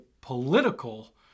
political